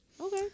Okay